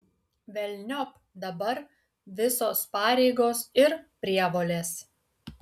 velniop dabar visos pareigos ir prievolės